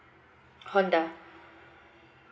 honda